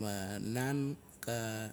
Ma naan ka.